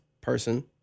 person